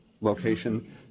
location